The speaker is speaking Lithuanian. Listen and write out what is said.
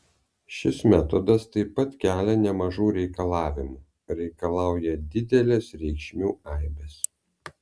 šis metodas taip pat kelia nemažų reikalavimų reikalauja didelės reikšmių aibės